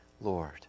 Lord